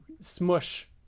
smush